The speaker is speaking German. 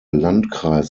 landkreis